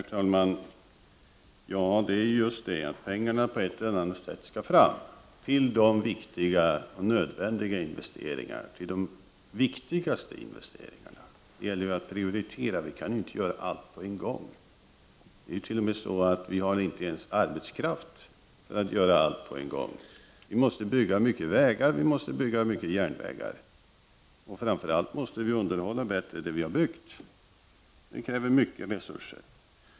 Herr talman! Ja, det är just det att pengarna på ett eller annat sätt skall fram till de viktiga och nödvändiga investeringarna, till de viktigaste investeringarna. Det gäller ju att prioritera. Vi kan inte göra allt på en gång. Vi har inte ens arbetskraft för att göra allt på en gång. Vi måste bygga många vägar. Vi måste bygga järnvägar. Framför allt måste vi bättre underhålla det vi har byggt. Det kräver mycket resurser.